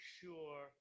sure